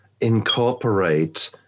incorporate